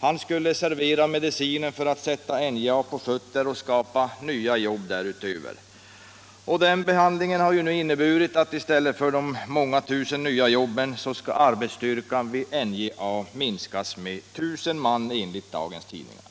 Han skulle servera medicinen för att sätta NJA på fötter och skapa nya jobb därutöver. Behandlingen har inneburit att i stället för de många tusen nya jobben skall arbetsstyrkan vid NJA minskas med tusen man, enligt dagens tidningar.